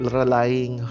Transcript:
relying